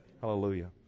Hallelujah